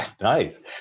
Nice